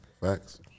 Facts